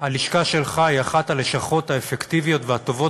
הלשכה שלך היא אחת הלשכות האפקטיביות והטובות